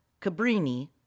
Cabrini